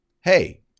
hey